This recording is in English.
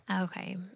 Okay